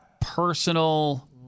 personal